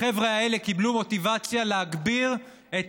החבר'ה האלה קיבלו מוטיבציה להגביר את